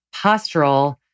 postural